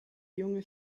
junge